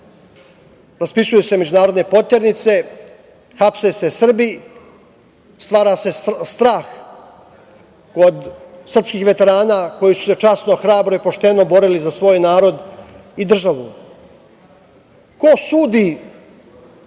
raspisuju se međunarodne poternice, hapse se Srbi, stvara se strah kod srpskih veterana koji su se časno i hrabro i pošteno borili za svoj narod i državu. Ko sudi